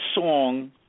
song